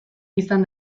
izan